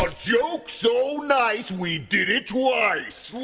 but joke so nice we did it twice.